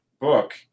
book